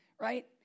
right